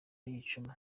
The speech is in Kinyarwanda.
yicuma